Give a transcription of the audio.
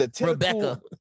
Rebecca